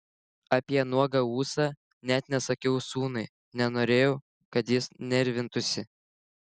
apie nuogą ūsą net nesakiau sūnui nenorėjau kad jis nervintųsi